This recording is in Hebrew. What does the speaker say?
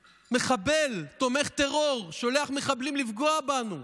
מחבל, תומך טרור, שולח מחבלים לפגוע בנו,